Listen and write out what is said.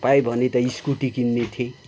पाएँ भने त स्कुटी किन्ने थिएँ